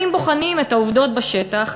אם בוחנים את העובדות בשטח,